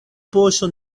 poŝo